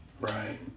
right